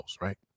right